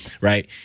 right